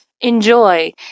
Enjoy